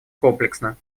комплексно